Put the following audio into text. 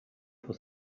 for